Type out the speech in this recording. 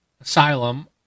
asylum